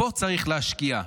פה צריך להשקיע.